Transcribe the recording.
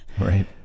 Right